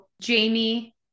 Jamie